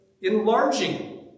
enlarging